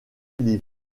l’hiver